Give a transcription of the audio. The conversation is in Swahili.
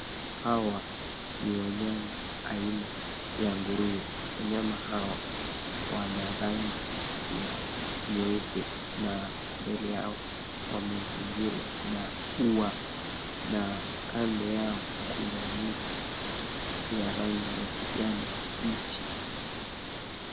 Hawa ni wanyama aina ya nguruwe. Wanyama hawa wana rangi ya nyeupe na mbele yao wamezingirwa na ua na kando yao kuna miti ya rangi ya kijani kibichi.